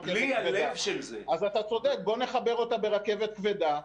אתה צודק, הוא נחבר אותה ברכבת כבדה.